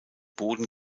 boden